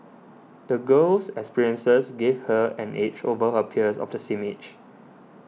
the girl's experiences gave her an edge over her peers of the same age